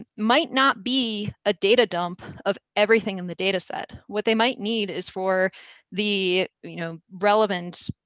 and might not be a data dump of everything in the data set. what they might need is for the you know relevant